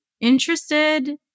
interested